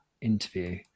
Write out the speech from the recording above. interview